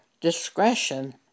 discretion